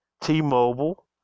T-Mobile